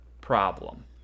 problem